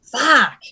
fuck